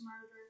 murder